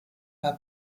war